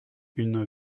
une